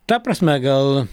ta prasme gal